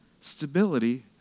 Stability